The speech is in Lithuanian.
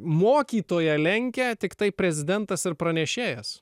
mokytoją lenkia tiktai prezidentas ir pranešėjas